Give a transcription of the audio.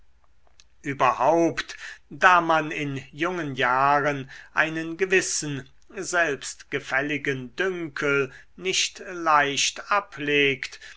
überhaupt da man in jungen jahren einen gewissen selbstgefälligen dünkel nicht leicht ablegt